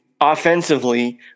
offensively